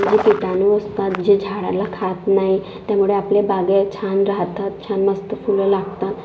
म्हणजे कीटाणू असतात जे झाडाला खात नाही त्यामुळे आपले बाग छान राहतात छान मस्त फुलं लागतात